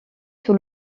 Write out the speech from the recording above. sous